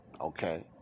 Okay